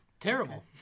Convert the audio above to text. Terrible